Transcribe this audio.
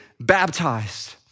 baptized